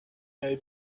avait